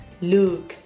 Look